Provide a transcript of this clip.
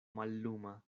malluma